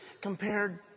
compared